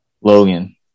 Logan